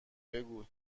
بگو